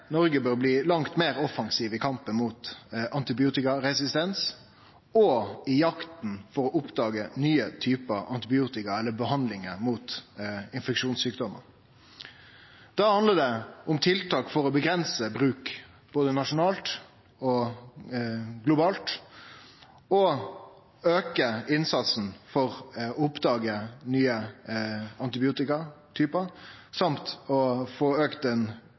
Noreg bør bli langt meir offensivt i kampen mot antibiotikaresistens og i jakta på å oppdage nye typar antibiotikum eller behandling mot infeksjonssjukdomar. Da handlar det om tiltak for å avgrense bruk både nasjonalt og globalt og auke innsatsen for å oppdage nye typar antibiotikum samt å få